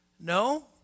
No